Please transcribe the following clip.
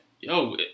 Yo